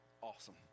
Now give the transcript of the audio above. Awesome